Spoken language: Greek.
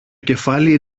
κεφάλι